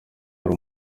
hari